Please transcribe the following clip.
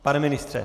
Pane ministře?